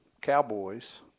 Cowboys